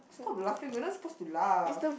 stop laughing we are not supposed to laugh